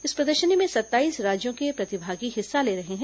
इस प्रदर्शनी में सत्ताईस राज्यों के प्रतिभागी हिस्सा ले रहे हैं